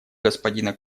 господина